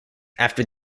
after